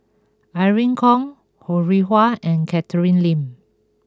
Irene Khong Ho Rih Hwa and Catherine Lim